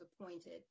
appointed